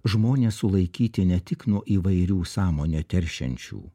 žmones sulaikyti ne tik nuo įvairių sąmonę teršiančių